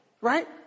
Right